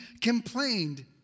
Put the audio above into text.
complained